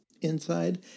inside